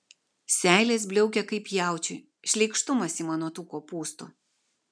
seilės bliaukia kaip jaučiui šleikštumas ima nuo tų kopūstų